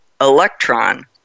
electron